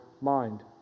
mind